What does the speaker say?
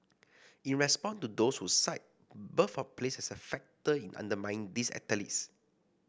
in response to those who cite birth of place as a factor in undermining these athletes